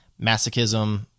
masochism